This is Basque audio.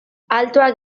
altuak